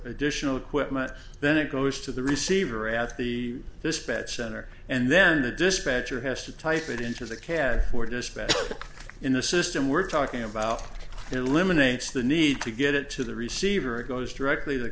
additional equipment then it goes to the receiver at the dispatch center and then the dispatcher has to type it into the cab for dispatch in the system we're talking about eliminates the need to get it to the receiver it goes directly t